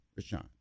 Rashawn